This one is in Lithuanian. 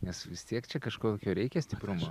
nes vis tiek čia kožkokio reikia stiprumo